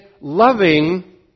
loving